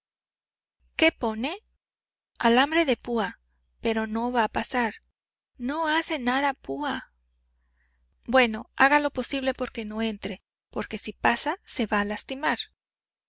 qué pone alambre de púa pero no va a pasar no hace nada púa bueno haga lo posible porque no entre porque si pasa se va a lastimar